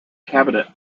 cabinet